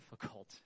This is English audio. difficult